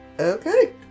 okay